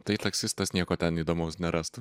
tai taksistas nieko ten įdomaus nerastų